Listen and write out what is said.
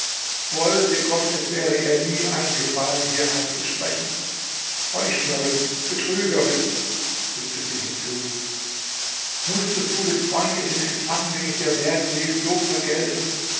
wollte gott es wäre ihr nie eingefallen hier einzusprechen heuchlerin betrügerin fügte sie hinzu mußtest du den freundlichen empfang den ich dir werden ließ so vergelten